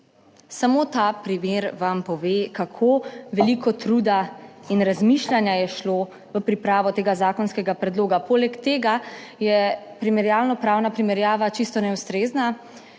Samo ta primer vam pove, kako veliko truda in razmišljanja je šlo v pripravo tega zakonskega predloga. Poleg tega je primerjalno pravna primerjava čisto neustrezna,